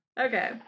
Okay